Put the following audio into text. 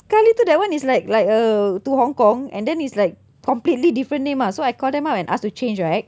sekali tu that one is like like uh to hong kong and then is like completely different name ah so I called them up and asked to change right